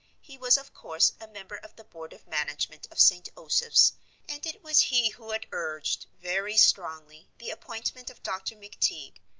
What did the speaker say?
he was of course, a member of the board of management of st. osoph's and it was he who had urged, very strongly, the appointment of dr. mcteague,